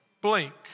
blink